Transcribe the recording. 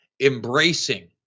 embracing